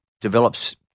develops